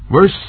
Verse